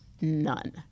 None